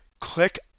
click